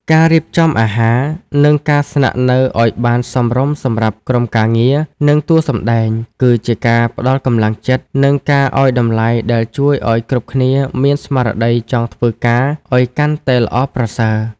ការរៀបចំអាហារ និងការស្នាក់នៅឱ្យបានសមរម្យសម្រាប់ក្រុមការងារ និងតួសម្ដែង គឺជាការផ្ដល់កម្លាំងចិត្ត និងការឱ្យតម្លៃដែលជួយឱ្យគ្រប់គ្នាមានស្មារតីចង់ធ្វើការឱ្យកាន់តែល្អប្រសើរ។